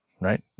right